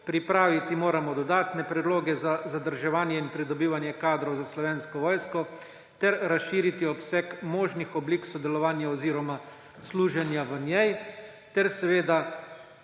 pripraviti moramo dodatne predloge za zadrževanje in pridobivanje kadrov za Slovensko vojsko ter razširiti obseg možnih oblik sodelovanja oziroma služenja v njej.« In